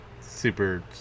super